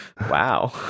wow